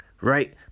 Right